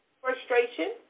frustration